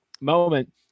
moment